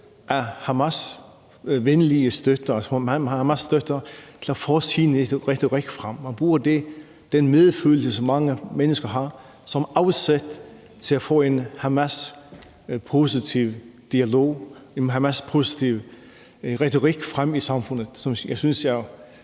af Hamasstøtter til at få deres retorik frem. Man bruger den medfølelse, som mange mennesker har, som afsæt til at få en Hamaspositiv retorik frem i samfundet. Det synes